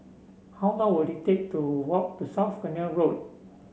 how long will it take to walk to South Canal Road